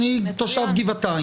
אני תושב גבעתיים,